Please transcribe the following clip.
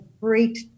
great